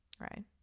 right